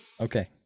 okay